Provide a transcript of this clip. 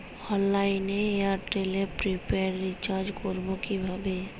অনলাইনে এয়ারটেলে prepaid recharge করবো কিভাবে?